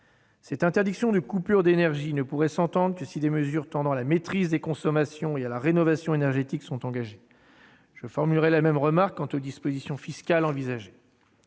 de procéder à des coupures d'énergie ne pourrait s'entendre que si des mesures tendant à la maîtrise des consommations et à la rénovation énergétique étaient engagées. Je formulerai la même remarque sur les dispositions fiscales envisagées.